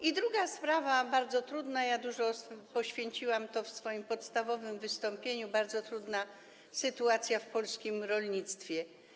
I druga sprawa, bardzo trudna, dużo miejsca poświęciłam jej w swoim podstawowym wystąpieniu - bardzo trudna sytuacja w polskim rolnictwie.